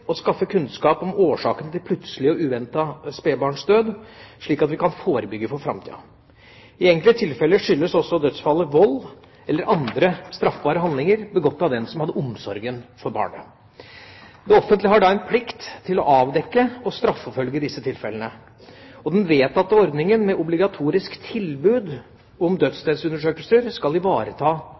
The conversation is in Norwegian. å skaffe kunnskap om årsakene til plutselig og uventet spedbarnsdød, slik at vi kan forebygge for framtida. I enkelte tilfeller skyldes også dødsfallet vold eller andre straffbare handlinger, begått av dem som hadde omsorgen for barnet. Det offentlige har da en plikt til å avdekke og straffeforfølge disse tilfellene. Den vedtatte ordningen med obligatorisk tilbud om dødsstedsundersøkelser skal ivareta